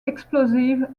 explosives